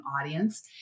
audience